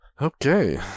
Okay